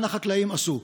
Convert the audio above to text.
אנא, חקלאים, עשו.